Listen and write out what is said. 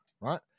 right